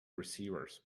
receivers